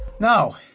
no.